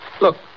Look